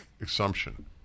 assumption